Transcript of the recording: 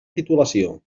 titulació